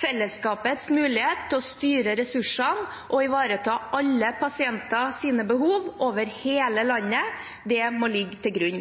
Fellesskapets mulighet til å styre ressursene og ivareta alle pasienters behov over hele landet må ligge til grunn.